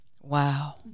Wow